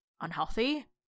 unhealthy